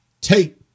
Take